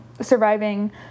Surviving